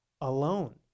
alone